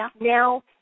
Now